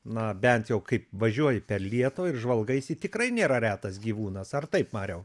na bent jau kaip važiuoji per lietuvą ir žvalgaisi tikrai nėra retas gyvūnas ar taip mariau